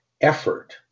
effort